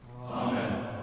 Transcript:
Amen